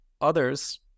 others